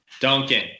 Duncan